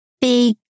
big